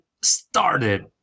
started